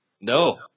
No